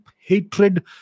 hatred